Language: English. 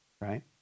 right